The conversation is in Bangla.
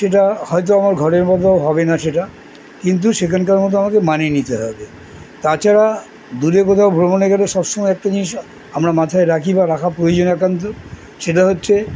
সেটা হয়তো আমার ঘরের মতো হবে না সেটা কিন্তু সেখানকার মতো আমাকে মানিয়ে নিতে হবে তাছাড়া দূরে কোথাও ভ্রমণে গেলে সবসময় একটা জিনিস আমরা মাথায় রাখি বা রাখার প্রয়োজন একান্তই সেটা হচ্ছে